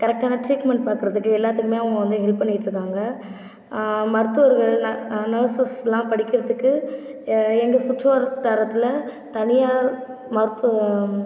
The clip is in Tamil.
கரெக்டரான ட்ரீட்மென்ட் பார்க்கறதுக்கு எல்லாத்துக்குமே அவங்க வந்து ஹெல்ப் பண்ணிகிட்டுருக்காங்க மருத்துவர்கள் நர்ஸஸெலாம் படிக்கிறதுக்கு எங்க சுற்றுவட்டாரத்தில் தனியார் மருத்துவம்